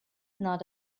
not